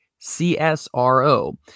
CSRO